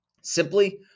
Simply